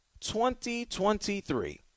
2023